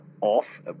off